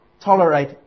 tolerate